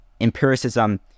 empiricism